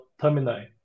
terminal